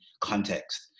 context